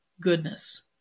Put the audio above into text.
goodness